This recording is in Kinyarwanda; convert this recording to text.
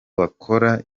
bakora